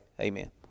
Amen